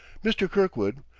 mr. kirkwood,